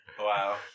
Wow